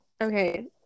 Okay